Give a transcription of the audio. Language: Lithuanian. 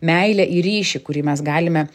meilę ir ryšį kurį mes galime